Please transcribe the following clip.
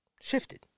shifted